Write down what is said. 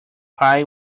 pie